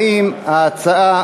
פרוש.